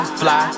fly